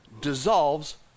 dissolves